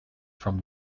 from